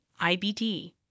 IBD